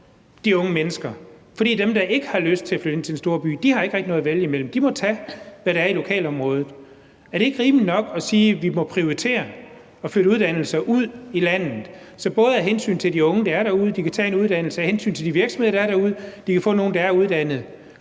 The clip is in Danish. de unge mennesker, for dem, der ikke har lyst til at flytte ind til en stor by, har ikke rigtig noget at vælge mellem. De må tage, hvad der er i lokalområdet. Er det ikke rimeligt nok at sige: Vi må prioritere at flytte uddannelser ud i landet både af hensyn til de unge, der er derude, så de kan tage en uddannelse, og af hensyn til de virksomheder, der er derude, så de kan få nogle, der er uddannede?